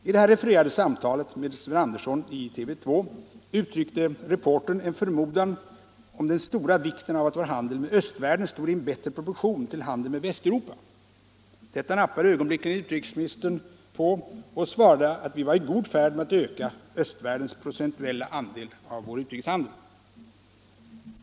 I det här refererade samtalet med Sven Andersson i TV 2 uttryckte reportern en förmodan om den stora vikten av att vår handel med östvärlden stod i en bättre proportion till handeln med Västeuropa. Detta nappade ögonblickligen utrikesministern på och svarade att vi var i god färd med att öka östvärldens procentuella andel av vår utrikeshandel.